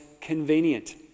convenient